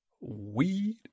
Weed